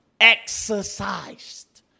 exercised